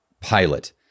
pilot